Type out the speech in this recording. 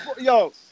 yo